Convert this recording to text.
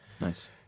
nice